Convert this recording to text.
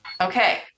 Okay